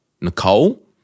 Nicole